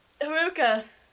Haruka